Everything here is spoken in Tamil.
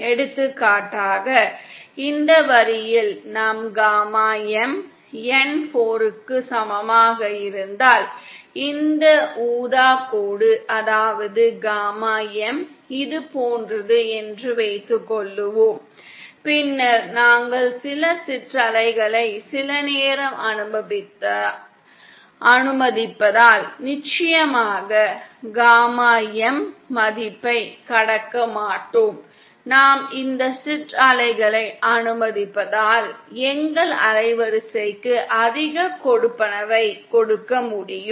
எடுத்துக்காட்டாக இந்த வரியில் நம் காமா M N 4 க்கு சமமாக இருந்தால் இந்த ஊதா கோடு அதாவது காமா M இது போன்றது என்று வைத்துக்கொள்வோம் பின்னர் நாங்கள் சில சிற்றலைகளை சில நேரம் அனுமதிப்பதால் நிச்சயமாக காமா M மதிப்பைக் கடக்க மாட்டோம் நாம் இந்த சிற்றலைகளை அனுமதிப்பதால் எங்கள் அலைவரிசைக்கு அதிக கொடுப்பனவை கொடுக்க முடியும்